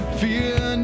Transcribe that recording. fear